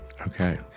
Okay